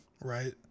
right